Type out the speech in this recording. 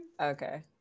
Okay